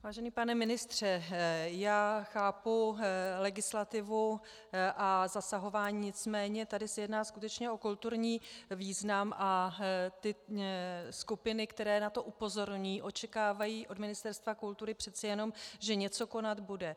Vážený pane ministře, já chápu legislativu a zasahování, nicméně tady se jedná skutečně o kulturní význam a ty skupiny, které na to upozorňují, očekávají od Ministerstva kultury přece jenom, že něco konat bude.